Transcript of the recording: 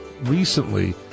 recently